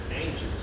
angels